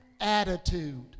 attitude